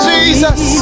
Jesus